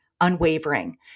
unwavering